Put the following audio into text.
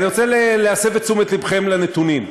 אני רוצה להסב את תשומת לבכם לנתונים.